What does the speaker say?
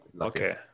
okay